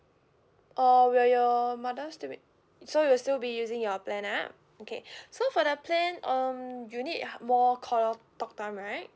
or will your mother still be so you'll still be using your plan ah okay so for the plan um you need ha~ more caller talk time right